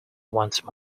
once